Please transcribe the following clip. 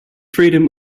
freedom